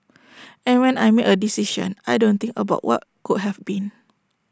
and when I make A decision I don't think about what could have been